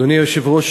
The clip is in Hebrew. אדוני היושב-ראש,